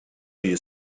you